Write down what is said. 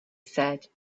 said